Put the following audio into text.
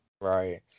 right